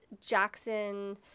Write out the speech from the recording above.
Jackson